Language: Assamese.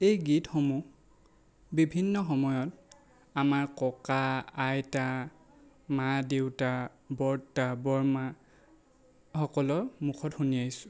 এই গীতসমূহ বিভিন্ন সময়ত আমাৰ ককা আইতা মা দেউতা বৰদেউতা বৰমাসকলৰ মুখত শুনি আহিছোঁ